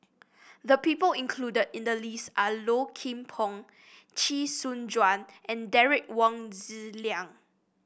the people included in the list are Low Kim Pong Chee Soon Juan and Derek Wong Zi Liang